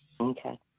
Okay